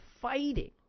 fighting